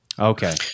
Okay